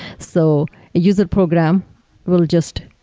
so a user program will just